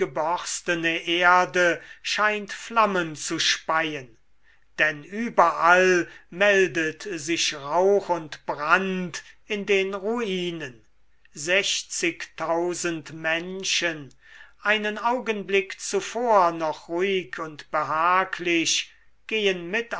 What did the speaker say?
erde scheint flammen zu speien denn überall meldet sich rauch und brand in den ruinen sechzigtausend menschen einen augenblick zuvor noch ruhig und behaglich gehen mit